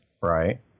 right